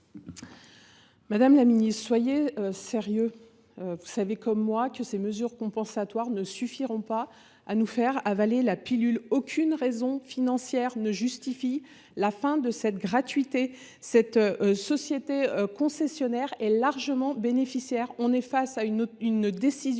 madame la ministre : vous savez autant que moi que ces mesures compensatoires ne suffiront pas à nous faire avaler la pilule ! Aucune raison financière ne justifie la fin de cette gratuité, car la société concessionnaire est largement bénéficiaire. Bien sûr ! Nous faisons